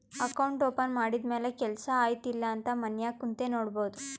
account open ಮಾಡಿದ ಮ್ಯಾಲ ಕೆಲ್ಸಾ ಆಯ್ತ ಇಲ್ಲ ಅಂತ ಮನ್ಯಾಗ್ ಕುಂತೆ ನೋಡ್ಬೋದ್